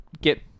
get